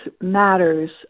matters